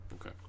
Okay